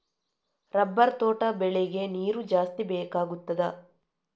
Rubber ತೋಟ ಬೆಳೆಗೆ ನೀರು ಜಾಸ್ತಿ ಬೇಕಾಗುತ್ತದಾ?